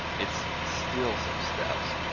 it's still some steps,